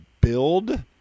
build